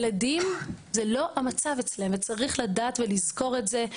ילדים זה לא המצב אצלם, צריך לדעת ולזכור את זה.